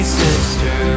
sister